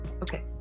Okay